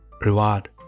reward